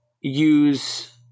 use